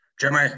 jimmy